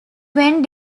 when